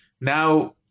now